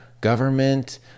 government